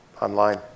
online